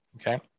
Okay